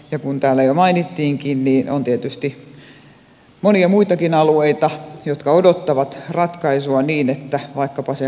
ja kuten täällä jo mainittiinkin niin on tietysti monia muitakin alueita jotka odottavat ratkaisua vaikkapa se kaakkoinen suomi